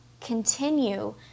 continue